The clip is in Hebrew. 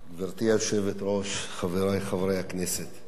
גברתי היושבת-ראש, חברי חברי הכנסת,